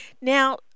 Now